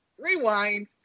rewind